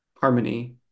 harmony